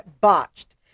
botched